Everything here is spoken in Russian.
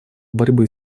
борьбы